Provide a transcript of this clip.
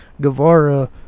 Guevara